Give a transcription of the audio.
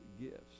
gifts